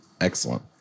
Excellent